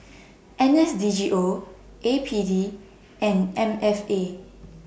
N S D G O A P D and M F A